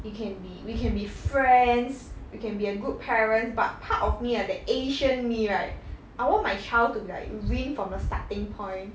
you can be we can be friends you can be a good parent but part of me ah that asian me right I want my child to be like win from the starting point